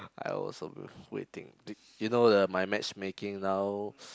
I also w~ waiting you know uh my matchmaking now